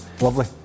Lovely